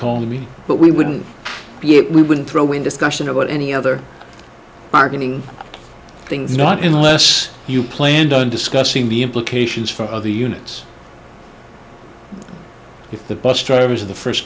call me but we wouldn't be it we wouldn't throw in discussion about any other marketing things not in the less you planned on discussing the implications for other units if the bus drivers are the first